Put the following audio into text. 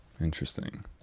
interesting